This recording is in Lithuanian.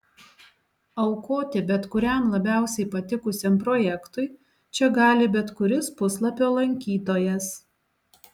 aukoti bet kuriam labiausiai patikusiam projektui čia gali bet kuris puslapio lankytojas